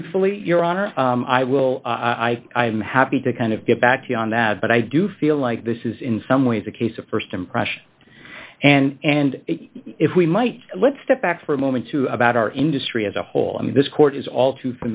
truthfully your honor i will i i'm happy to kind of get back to you on that but i do feel like this is in some ways a case of st impression and if we might let's step back for a moment to about our industry as a whole i mean this court is all too